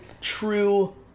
true